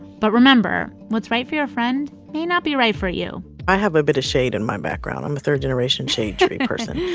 but remember, what's right for your friend may not be right for you i have a bit of shade in my background. i'm a third-generation shade tree person.